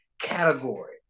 category